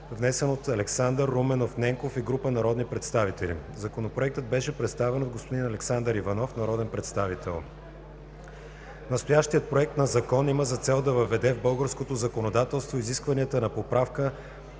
внесен от Александър Руменов Ненков и група народни представители. Законопроектът беше представен от господин Александър Иванов – народен представител. Настоящият Проект на закон има за цел да въведе в българското законодателство изискванията на Поправка